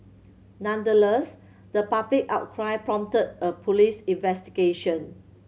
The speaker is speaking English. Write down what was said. nonetheless the public outcry prompted an police investigation